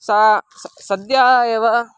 सः सः सद्यः एव